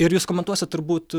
ir jus komentuosit turbūt